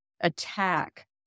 attack